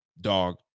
dog